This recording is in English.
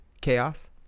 CHAOS